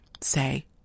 say